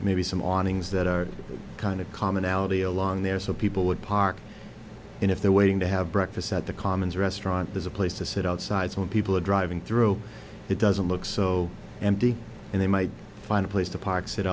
maybe some on ngs that are kind of commonality along there so people would park in if they're waiting to have breakfast at the commons restaurant there's a place to sit outside so when people are driving through it doesn't look so empty and they might find a place to park sit